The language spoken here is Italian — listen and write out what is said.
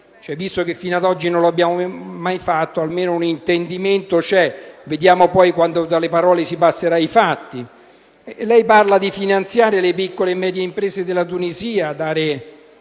Visto che fino ad oggi non l'abbiamo mai fatto, almeno un intendimento c'è. Vediamo poi quando dalle parole si passerà ai fatti. Lei parla di finanziare le piccole e medie imprese della Tunisia,